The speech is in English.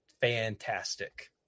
fantastic